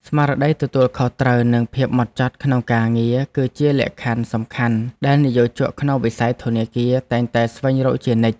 ស្មារតីទទួលខុសត្រូវនិងភាពហ្មត់ចត់ក្នុងការងារ គឺជាលក្ខខណ្ឌសំខាន់ដែលនិយោជកក្នុងវិស័យធនាគារតែងតែស្វែងរកជានិច្ច។